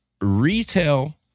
Retail